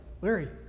Larry